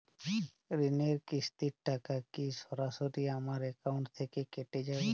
ঋণের কিস্তির টাকা কি সরাসরি আমার অ্যাকাউন্ট থেকে কেটে যাবে?